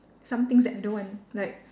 some things that I don't want like